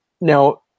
now